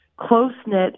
close-knit